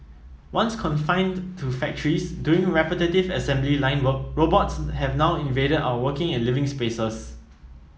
once confined to factories doing repetitive assembly line work robots have now invaded our working and living spaces